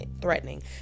threatening